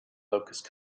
locust